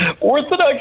Orthodox